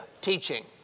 teaching